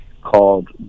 called